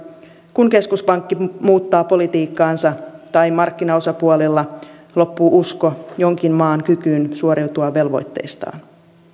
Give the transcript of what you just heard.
kun keskuspankki muuttaa politiikkaansa tai markkinaosapuolilla loppuu usko jonkin maan kykyyn suoriutua velvoitteistaan